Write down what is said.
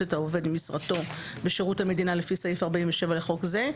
את העובד ממשרתו בשירות המדינה לפי סעיף 47 לחוק זה,